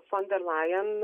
fon der lajen